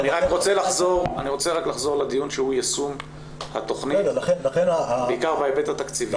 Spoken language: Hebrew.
אני רוצה לחזור לדיון שהוא יישום התכנית בעיקר בהיבט התקציבי.